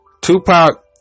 Tupac